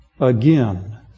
again